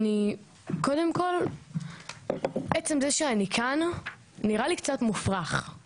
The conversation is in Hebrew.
קודם כל עצם זה שאני כאן נראה לי קצת מופרך.